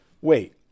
wait